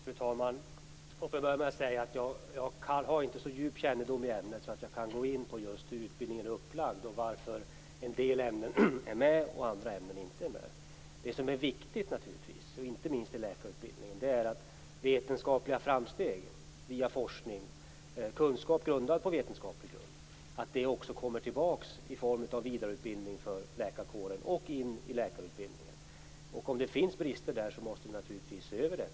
Fru talman! Låt mig börja med att säga att jag inte har så djup kännedom i ärendet att jag kan gå in på hur utbildningen är upplagd, varför en del ämnen är med och andra inte. Det som naturligtvis är viktigt, inte minst i läkarutbildningen, är att vetenskapliga framsteg via forskning och kunskap på vetenskaplig grund kommer tillbaks i form av vidareutbildning för läkarkåren och i läkarutbildningen. Om det finns brister där måste vi naturligtvis se över dem.